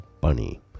bunny